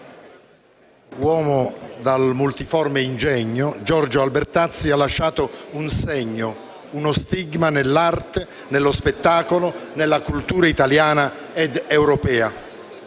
Uomo dal multiforme ingegno, Giorgio Albertazzi ha lasciato un segno, uno stigma nell'arte, nello spettacolo, nella cultura italiana ed europea;